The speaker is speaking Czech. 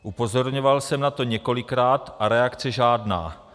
Upozorňoval jsem na to několikrát, a reakce žádná.